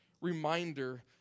reminder